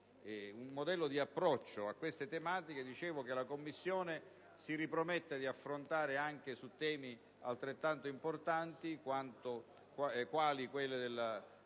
Un modello di approccio a queste tematiche che la Commissione si ripromette di seguire anche su temi altrettanto importanti quali quelli della disciplina